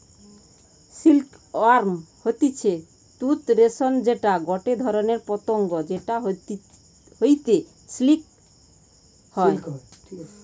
silk worm হতিছে তুত রেশম যেটা গটে ধরণের পতঙ্গ যেখান হইতে সিল্ক হয়